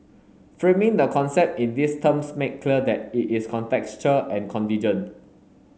framing the concept in these terms make clear that it is contextual and contingent